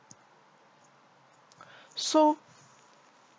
so